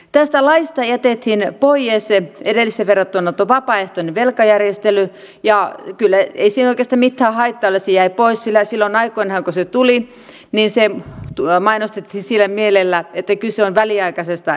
tästä laista jätettiin pois edelliseen verrattuna tuo vapaaehtoinen velkajärjestely ja ei siinä oikeastaan mitään haittaa ole että se jäi pois sillä silloin aikoinaan kun se tuli sitä mainostettiin sillä mielellä että kyse on väliaikaisesta järjestelystä